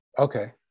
Okay